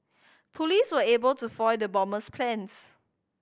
police were able to foil the bomber's plans